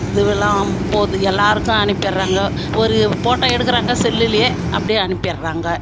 இதுவெல்லாம் போது எல்லோருக்கும் அனுப்பிடுறாங்கோ ஒரு ஃபோட்டோ எடுக்கிறாங்க செல்லுலியே அப்படியே அனுப்பிடுறாங்கள்